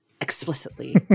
explicitly